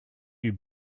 you